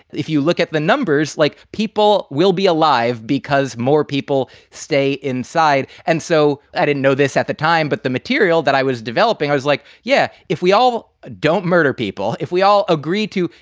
if you look at the numbers, like people will be alive because more people stay inside. and so i didn't know this at the time, but the material that i was developing, i was like, yeah, if we all don't murder people, if we all agree to,